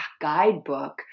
guidebook